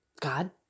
God